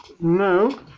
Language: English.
No